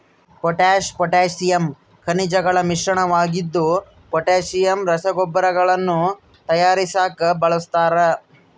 potash potassium ಖನಿಜಗಳ ಮಿಶ್ರಣವಾಗಿದ್ದು potassium ರಸಗೊಬ್ಬರಗಳನ್ನು ತಯಾರಿಸಾಕ ಬಳಸ್ತಾರ